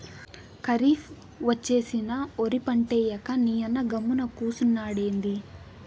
కరీఫ్ ఒచ్చేసినా ఒరి పంటేయ్యక నీయన్న గమ్మున కూసున్నాడెంది